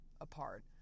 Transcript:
apart